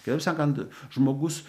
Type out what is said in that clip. kitaip sakant žmogus